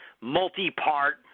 multi-part